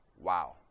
Wow